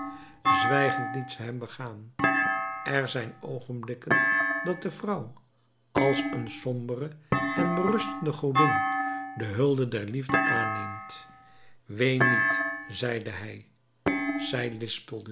liet zij hem begaan er zijn oogenblikken dat de vrouw als een sombere en berustende godin de hulde der liefde aanneemt ween niet zeide hij